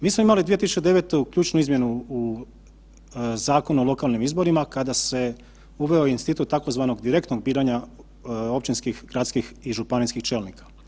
Mi smo imali 2009. imali ključnu izmjenu Zakona o lokalnim izborima kada se uveo institut tzv. direktnog biranja općinskih gradskih i županijskih čelnika.